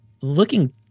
Looking